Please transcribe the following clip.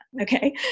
Okay